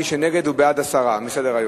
מי שנגד הוא בעד הסרה מסדר-היום.